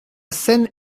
scène